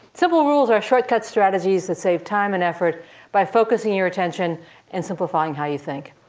simple rules are short-cut strategies that save time and effort by focusing your attention and simplifying how you think.